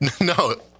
No